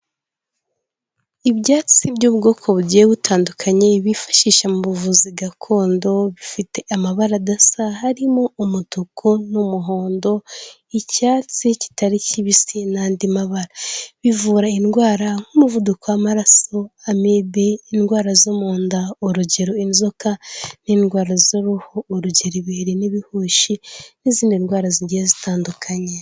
Ibyatsi by'ubwoko bugiye butandukanye bifashisha mu buvuzi gakondo, bifite amabara adasa, harimo umutuku n'umuhondo, icyatsi kitari kibisi n'andi mabara, bivura indwara nk'umuvuduko w'amaraso, amibe, indwara zo mu nda, urugero inzoka, n'indwara z'uruhu urugero ibiheri n'ibihushi n'izindi ndwara zingiye zitandukanye.